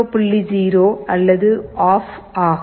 0 அல்லது ஆஃப் ஆகும்